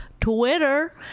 Twitter